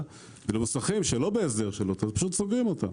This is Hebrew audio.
ומוסכים שלא בהסדר סוגרים אותם.